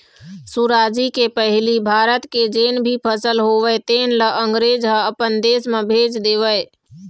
सुराजी के पहिली भारत के जेन भी फसल होवय तेन ल अंगरेज ह अपन देश म भेज देवय